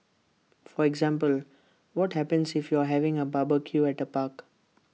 for example what happens if you're having A barbecue at A park